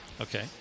Okay